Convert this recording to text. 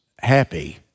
happy